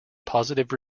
positive